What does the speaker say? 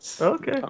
Okay